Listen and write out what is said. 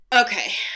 Okay